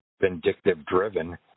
vindictive-driven